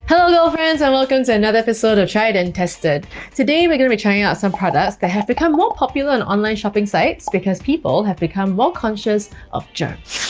hello girlfriends and welcome to another episode of tried and tested today we're gonna be trying out some products that have become more popular on online shopping sites because people have become more conscious of germs.